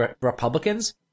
Republicans